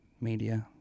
media